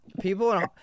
people